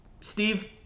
Steve